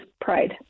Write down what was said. pride